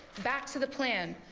back to the plan.